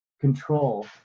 control